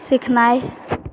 सीखनाइ